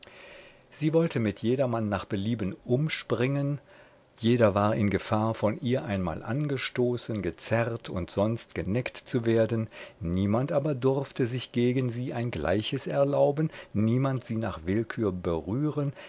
sie wollte mit jedermann nach belieben umspringen jeder war in gefahr von ihr einmal angestoßen gezerrt oder sonst geneckt zu werden niemand aber durfte sich gegen sie ein gleiches erlauben niemand sie nach willkür berühren